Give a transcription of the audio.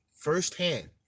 firsthand